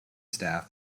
staff